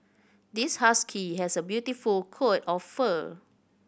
this husky has a beautiful coat of fur